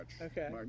Okay